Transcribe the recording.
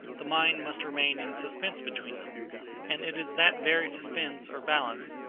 the mind must remain in suspense between them and it is that very suspense or balance,